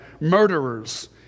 Murderers